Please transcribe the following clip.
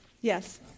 Yes